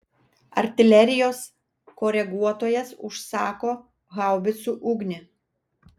artilerijos koreguotojas užsako haubicų ugnį